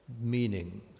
meaning